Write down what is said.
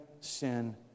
sin